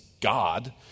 God